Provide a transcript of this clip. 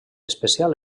especial